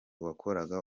wakoraga